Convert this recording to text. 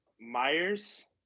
Myers